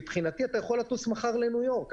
מבחינתי אתה יכול לטוס מחר לניו יורק.